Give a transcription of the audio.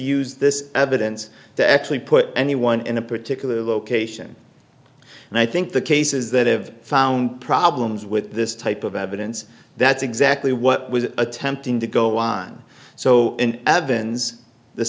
use this evidence to actually put anyone in a particular location and i think the cases that have found problems with this type of evidence that's exactly what was attempting to go on so evans the